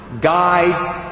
Guides